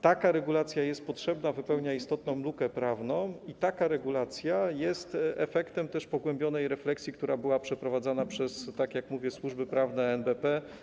Taka regulacja jest potrzebna, wypełnia istotną lukę prawną i taka regulacja jest też efektem pogłębionej refleksji, która była przeprowadzana przez, tak jak mówię, służby prawne NBP.